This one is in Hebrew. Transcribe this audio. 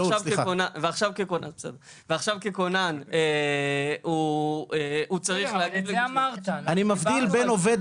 ועכשיו ככונן הוא צריך -- אני מבדיל בין עובד